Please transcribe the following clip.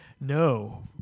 No